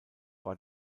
war